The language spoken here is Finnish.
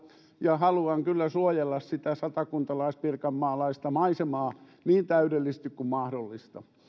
ja haluan kyllä suojella sitä satakuntalais pirkanmaalaista maisemaa niin täydellisesti kuin mahdollista